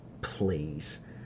Please